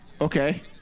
Okay